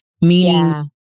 Meaning